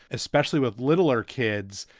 especially with littler kids.